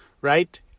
right